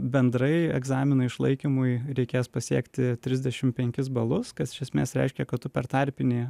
bendrai egzamino išlaikymui reikės pasiekti trisdešim penkis balus kas iš esmės reiškia kad tu per tarpinį